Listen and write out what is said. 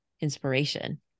inspiration